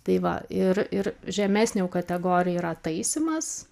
tai va ir ir žemesnė jau kategorija yra taisymas